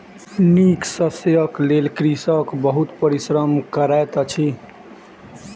नीक शस्यक लेल कृषक बहुत परिश्रम करैत अछि